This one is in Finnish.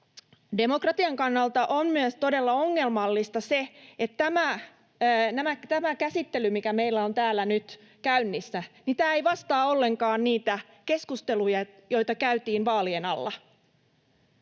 Demokratian kannalta on todella ongelmallista myös se, että tämä käsittely, mikä meillä on täällä nyt käynnissä, ei vastaa ollenkaan niitä keskusteluja, joita käytiin vaalien alla.